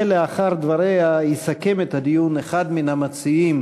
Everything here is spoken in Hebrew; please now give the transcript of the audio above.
לאחר דבריה יסכם את הדיון אחד מן המציעים